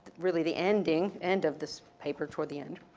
really the ending, end of this paper, toward the end,